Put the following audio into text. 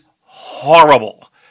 horrible